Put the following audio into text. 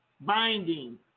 binding